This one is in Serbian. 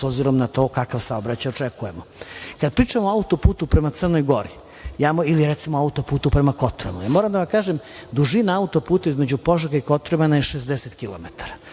obzirom na to kakav saobraćaj očekujemo. Kada pričamo o auto-putu prema Crnoj Gori ili recimo auto-putu prema Kotromanu, moram da vam kažem, dužina auto-puta između Požege i Kotromana je 60 km.